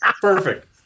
Perfect